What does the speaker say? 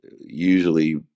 usually